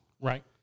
Right